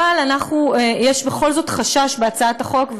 אבל יש בכל זאת חשש בהצעת החוק,